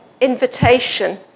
invitation